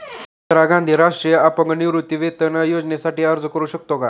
इंदिरा गांधी राष्ट्रीय अपंग निवृत्तीवेतन योजनेसाठी अर्ज करू शकतो का?